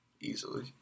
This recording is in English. easily